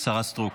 השרה סטרוק.